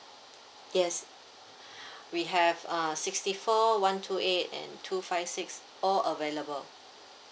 yes we have uh sixty four one two eight and two five six all available